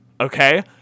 Okay